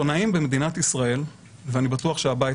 עיתונאים במדינת ישראל ואני בטוח שהבית